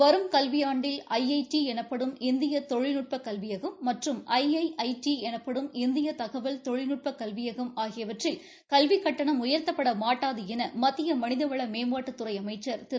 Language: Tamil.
வரும் கல்வியாண்டில் ஐஐடி எனப்படும் இந்திய தொழில்நுட்ப கல்வியகம் மற்றும் ஐஐஐடி எனப்படும் இந்திய தகவல் தொழில்நட்பக் கல்வியகம் ஆகியவற்றில் கல்வி கட்டணம் உயர்த்தப்படமாட்டாது என மத்திய மனிதவள மேம்பாட்டுத்துறை அமைச்ச் திரு